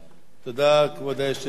תודה, כבוד היושב-ראש.